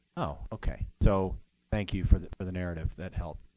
oh, ok. so thank you for the for the narrative. that helped.